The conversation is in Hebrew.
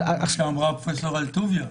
כמו שאמרה פרופסור אלטוביה.